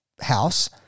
house